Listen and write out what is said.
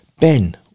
ben